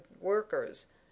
workers